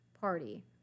party